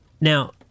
now